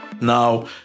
Now